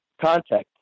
contact